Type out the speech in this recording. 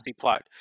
plot